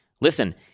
listen